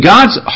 God's